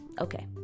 Okay